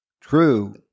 True